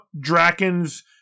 Draken's